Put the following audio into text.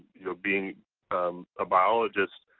you know being a biologist,